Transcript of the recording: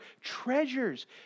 treasures